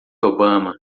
obama